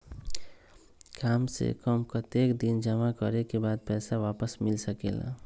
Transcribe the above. काम से कम कतेक दिन जमा करें के बाद पैसा वापस मिल सकेला?